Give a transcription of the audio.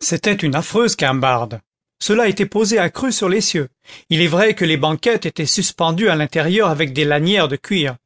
c'était une affreuse guimbarde cela était posé à cru sur l'essieu il est vrai que les banquettes étaient suspendues à l'intérieur avec des lanières de cuir